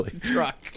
truck